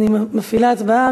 אני מפעילה הצבעה.